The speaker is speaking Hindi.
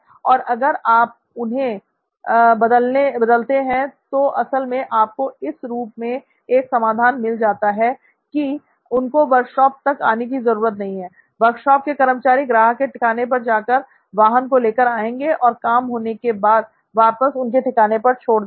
और अगर आप उन्हें बदलते हैं तो असल में आपको इस रूप में एक समाधान मिल जाता है की उनको वर्कशॉप तक आने की जरूरत नहीं है वर्कशॉप के कर्मचारी ग्राहक के ठिकाने पर जाकर वाहन को लेकर आएँगे और काम होने के बाद वापस उनके ठिकाने पर छोड़ देंगे